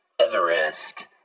Everest